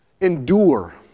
Endure